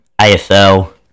AFL